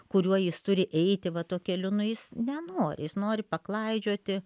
kuriuo jis turi eiti va tuo keliu nu jis nenori jis nori paklaidžioti